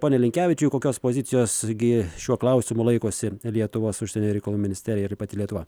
pone linkevičiau kokios pozicijos gi šiuo klausimu laikosi lietuvos užsienio reikalų ministerija ir pati lietuva